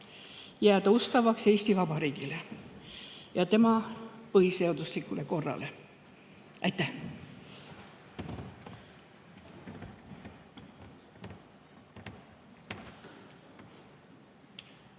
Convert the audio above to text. jääda ustavaks Eesti Vabariigile ja tema põhiseaduslikule korrale. Aitäh!